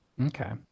Okay